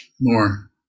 more